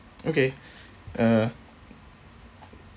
okay uh